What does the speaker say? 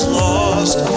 lost